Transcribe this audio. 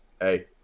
hey